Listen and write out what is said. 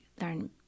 learn